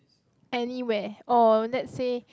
anywhere or let's say